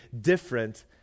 different